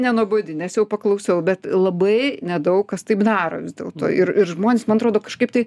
nenuobodi nes jau paklausiau bet labai nedaug kas taip daro vis dėlto ir ir žmonės man atrodo kažkaip tai